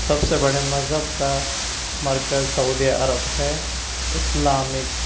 سب سے بڑے مذہب کا مرکز سعودی عرب ہے اسلامک